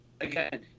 again